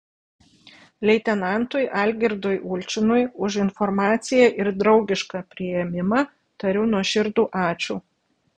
leitenantui algirdui ulčinui už informaciją ir draugišką priėmimą tariu nuoširdų ačiū